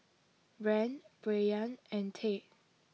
Rand Brayan and Tate